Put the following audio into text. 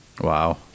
Wow